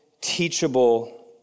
teachable